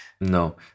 No